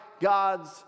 God's